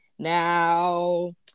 Now